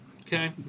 Okay